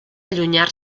allunyar